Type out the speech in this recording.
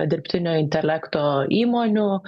dirbtinio intelekto įmonių